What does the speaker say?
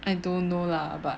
I don't know lah but